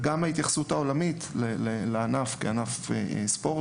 וגם ההתייחסות העולמית לענף כענף ספורט,